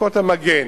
ערכות המגן.